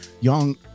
young